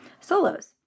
solos